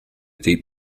deep